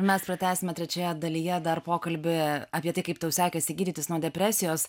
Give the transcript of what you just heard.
mes pratęsime trečioje dalyje dar pokalbį apie tai kaip tau sekėsi gydytis nuo depresijos